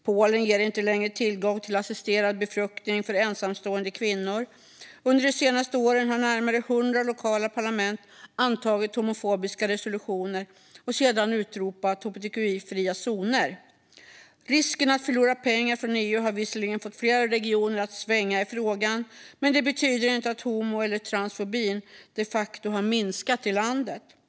Polen ger inte längre tillgång till assisterad befruktning för ensamstående kvinnor, och under de senaste åren har närmare hundra lokala parlament antagit homofobiska resolutioner och sedan utropat hbtqi-fria zoner. Risken att förlora pengar från EU har visserligen fått flera regioner att svänga i frågan, men det betyder inte att homo eller transfobin de facto har minskat i landet.